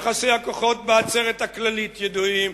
יחסי הכוחות בעצרת הכללית ידועים,